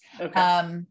Okay